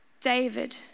David